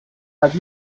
have